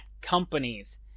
Companies